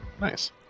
Nice